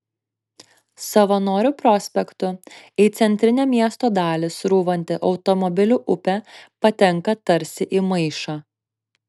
savanorių prospektu į centrinę miesto dalį srūvanti automobilių upė patenka tarsi į maišą